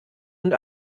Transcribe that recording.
und